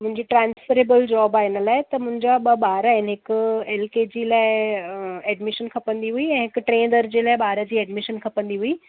मुहिंजी transferable job आहे हिन लाइ त मुहिंजा ॿ ॿार आहिनि हिक एल के जी अ लाइ एडमिशन खपंदी हुई ऐं हिक टिएं दर्जे लाइ ॿार जी एडमिशन खपंदी हुई